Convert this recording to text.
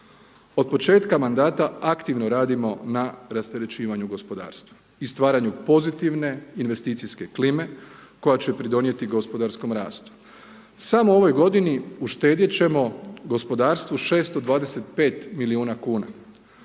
Od početka mandata aktivno radimo na rasterećivanju gospodarstva i stvaranju pozitivne investicijske klime koja će pridonijeti gospodarskom rastu. Samo u ovoj godini uštedjeti ćemo gospodarstvu 625 milijuna kuna